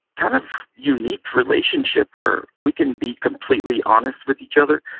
kind of unique relationship where we can be completely honest with each other.